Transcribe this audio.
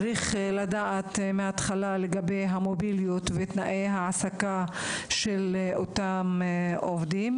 צריך לדעת מההתחלה את עניין המוביליות ותנאי העסקה של אותם עובדים,